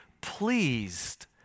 pleased